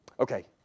Okay